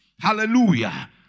Hallelujah